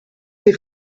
ses